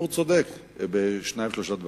הציבור צודק בשניים, שלושה דברים.